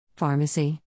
pharmacy